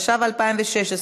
התשע"ו 2016,